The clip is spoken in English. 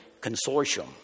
Consortium